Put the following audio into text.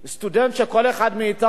סטודנט שכל אחד מאתנו,